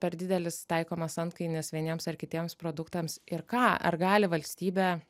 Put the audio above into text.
per didelis taikomas antkainis vieniems ar kitiems produktams ir ką ar gali valstybė